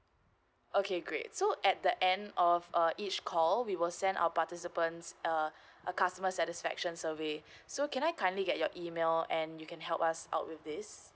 okay great so at the end of uh each call we will send our participants uh a customer satisfaction survey so can I kindly get your email and you can help us out with this